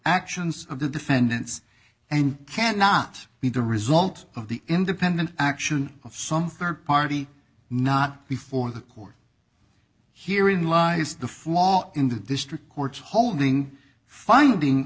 actions of the defendants and cannot be the result of the independent action of some rd party not before the court here in lies the flaw in the district court's holding finding